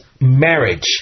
marriage